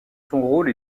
rôle